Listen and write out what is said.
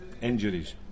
injuries